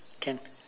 can